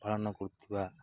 ପାଳନ କରୁଥିବା